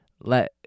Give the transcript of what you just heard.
let